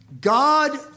God